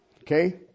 Okay